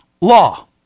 Law